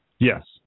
Yes